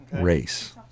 race